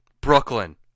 Brooklyn